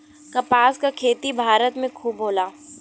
कपास क खेती भारत में खूब होला